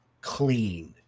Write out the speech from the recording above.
clean